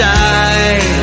die